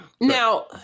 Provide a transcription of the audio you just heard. Now